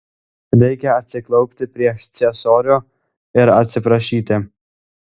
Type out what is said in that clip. reikia atsiklaupti prieš ciesorių ir atsiprašyti